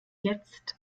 jetzt